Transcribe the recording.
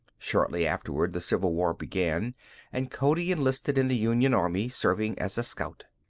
shortly afterward the civil war began and cody enlisted in the union army, serving as a scout.